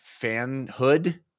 fanhood